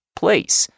place